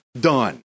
done